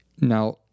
Now